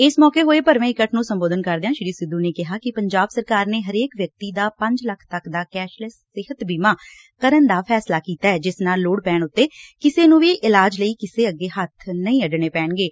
ਇਸ ਮੌਕੇ ਹੋਏ ਭਰਵੇਂ ਇਕੱਠ ਨੰ ਸੰਬੋਧਨ ਕਰਦਿਆਂ ਸ੍ਰੀ ਸਿੱਧੁ ਨੇ ਕਿਹਾ ਕਿ ਪੰਜਾਬ ਸਰਕਾਰ ਨੇ ਹਰੇਕ ਵਿਅਕਤੀ ਦਾ ਪੰਜ ਲੱਖ ਤੱਕ ਦਾ ਕੈਸ਼ਲੈਸ ਸਿਹਤ ਬੀਮਾ ਕਰਨ ਦਾ ਫੈਸਲਾ ਕੀਤੈ ਜਿਸ ਨਾਲ ਲੋਤ ਪੈਣ ਉਤੇ ਕਿਸੇ ਨੂੰ ਵੀ ਇਲਾਜ ਲਈ ਕਿਸੇ ਅੱਗੇ ਹੱਬ ਨਹੀ ਅੱਡਣੇ ਪੈਣਗੇ